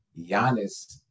Giannis